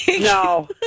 No